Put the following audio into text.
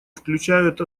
включают